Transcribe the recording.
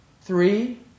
three